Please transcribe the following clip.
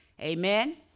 Amen